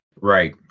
Right